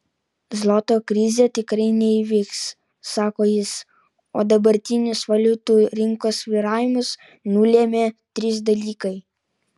zloto krizė tikrai neįvyks sako jis o dabartinius valiutų rinkos svyravimus nulėmė trys dalykai